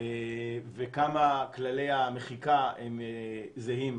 וכמה כללי המחיקה הם זהים.